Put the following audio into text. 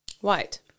White